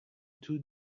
too